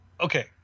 Okay